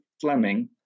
Fleming